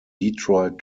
detroit